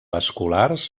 escolars